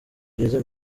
byiza